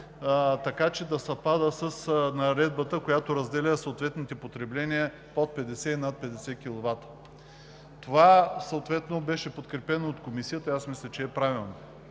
така че да съвпада с наредбата, която разделя съответните потребления под 50 и над 50 kW. Това беше подкрепено от Комисията и аз мисля, че е правилно,